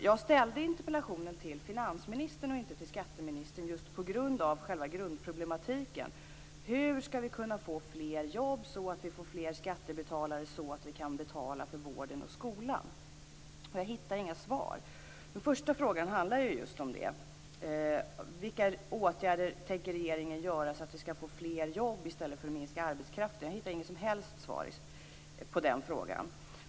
Jag ställde interpellationen till finansministern och inte till skatteministern just på grund av själva grundproblematiken: Hur skall vi kunna få fler jobb så att vi får fler skattebetalare så att vi kan betala för vården och skolan? Jag hittar inga svar. Min första fråga handlade om vilka åtgärder regeringen tänker vidta så att vi får fler jobb i stället för att minska arbetskraften. Jag hittar inget som helst svar på den frågan.